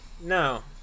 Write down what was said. no